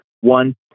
one